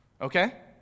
Okay